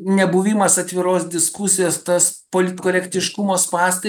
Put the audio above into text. nebuvimas atviros diskusijos tas politkorektiškumo spąstai